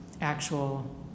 actual